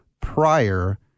prior